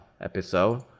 episode